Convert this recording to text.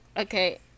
Okay